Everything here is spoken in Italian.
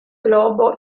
globo